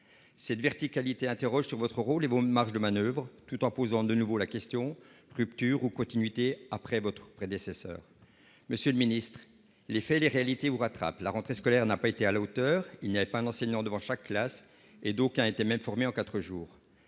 Cette verticalité interroge sur votre rôle et vos marges de manoeuvre, tout en posant de nouveau la question : rupture ou continuité après votre prédécesseur ? Monsieur le ministre, les faits et les réalités vous rattrapent. La rentrée scolaire n'a pas été à la hauteur : il n'y avait pas un enseignant devant chaque classe et d'aucuns étaient même formés en quatre jours.